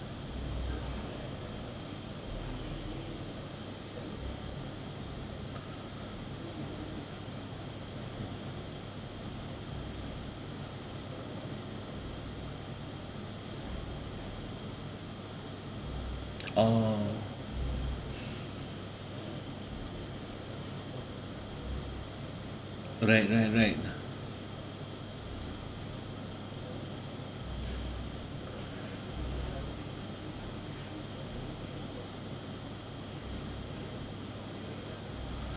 orh oh right right right